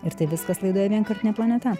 ir tai viskas laidoje vienkartinė planeta